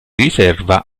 riserva